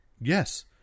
yes